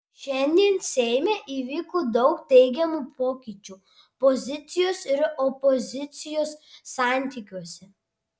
šiandien seime įvyko daug teigiamų pokyčių pozicijos ir opozicijos santykiuose